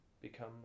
become